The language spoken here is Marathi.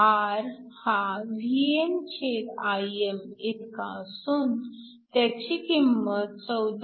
R हा VmIm इतका असून त्याची किंमत 14